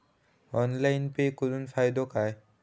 Online pay करुन फायदो काय?